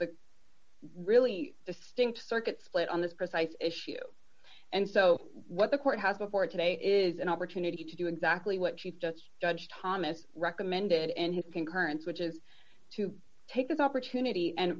really distinct circuit split on this precise issue and so what the court house before today is an opportunity to do exactly what chief judge judge thomas recommended and his concurrence which is to take this opportunity and